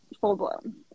full-blown